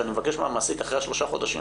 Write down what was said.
כשאני מבקש מהמעסיק אחרי שלושת החודשים